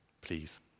please